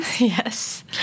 Yes